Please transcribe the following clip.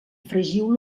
fregiu